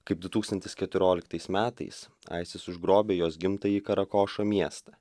kaip du tūkstantis keturioliktais metais isis užgrobė jos gimtąjį karakošo miestą